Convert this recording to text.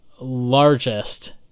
largest